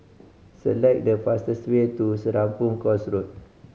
select the fastest way to Serapong Course Road